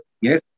yes